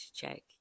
check